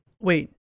wait